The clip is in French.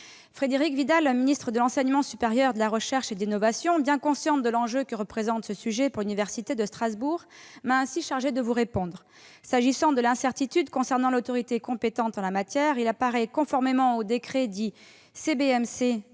Frédérique Vidal, ministre de l'enseignement supérieur, de la recherche et de l'innovation, bien consciente de l'enjeu que représente ce sujet pour l'université de Strasbourg, m'a ainsi chargée de vous répondre. S'agissant de l'incertitude concernant l'autorité compétente en la matière, il apparaît, conformément au décret dit CBCM de 2012,